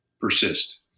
persist